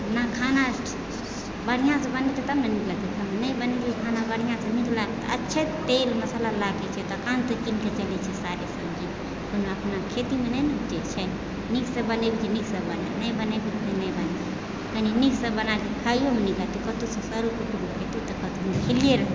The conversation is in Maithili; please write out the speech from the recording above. आओर खाना बढ़िआँसँ बनैते तब ने नीक लगतै खाइमे नहि बनेलहु बढ़िआँसँ खाना अच्छे तेल मसाला राखै छियै दोकानसँ कीनके लाबै छियै सारा कोनो अपना खेतीमे नहि ने उपजै छै नीकसँ बनेबै तऽ नीकसँ बनत नहि बनेबै तऽ कहाँसँ बनत्त नीकसँ बनल तऽ खाइयोमे नीक लगतै आओर सरो कुटुम्ब खइतै तऽ कहते खेलियै रहै